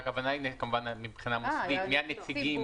הכוונה היא, כמובן, מבחינה מוסדית, מי הנציגים.